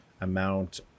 amount